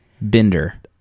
Bender